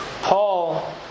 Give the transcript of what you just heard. Paul